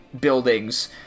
buildings